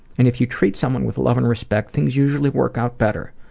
and if you treat someone with love and respect, things usually work out better.